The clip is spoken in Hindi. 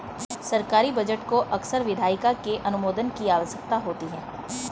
सरकारी बजट को अक्सर विधायिका के अनुमोदन की आवश्यकता होती है